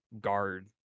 guard